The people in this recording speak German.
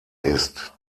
ist